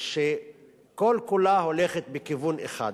שכל כולה הולכת בכיוון אחד.